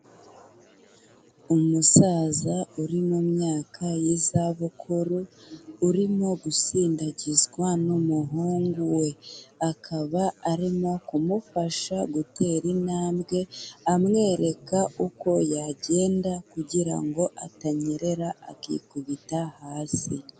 Umusaza uri mu myaka y'izabukuru urimo gusindagizwa n'umuhungu we, akaba arimo kumufasha gutera intambwe amwereka uko yagenda kugira ngo atanyerera akikubita hasi.